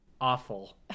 awful